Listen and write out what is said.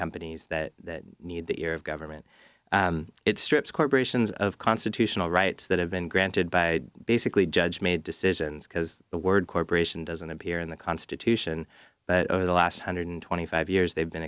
companies that need the ear of government it strips corporations of constitutional rights that have been granted by basically judge made decisions because the word corporation doesn't appear in the constitution but over the last hundred twenty five years they've been